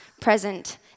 present